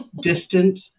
distance